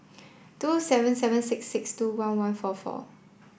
two seven seven six six two one one four four